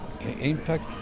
impact